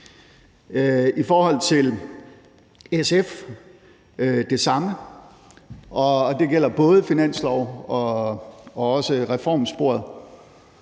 I forhold til SF gælder det samme, og det gælder både finansloven og også reformsporet.